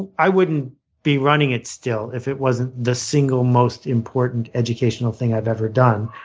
and i wouldn't be running it still if it wasn't the single, most important educational thing i've ever done.